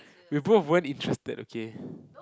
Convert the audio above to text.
we both weren't interested okay